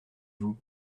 vous